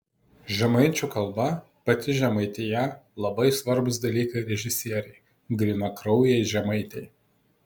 žemaičių kalba pati žemaitija labai svarbūs dalykai režisierei grynakraujei žemaitei